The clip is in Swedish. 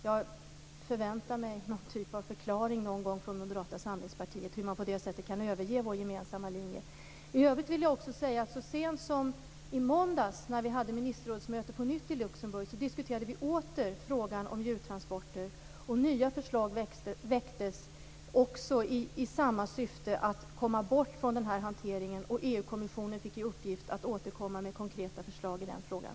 Jag förväntar mig något slags förklaring från Moderata samlingspartiet till hur de på det sättet kan överge vår gemensamma linje. Så sent som i måndags, när vi på nytt hade ministerrådsmöte i Luxemburg, diskuterade vi åter frågan om djurtransporter. Nya förslag väcktes i syfte att komma bort från den hanteringen, och EU kommissionen fick i uppgift att återkomma med konkreta förslag i frågan.